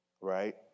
Right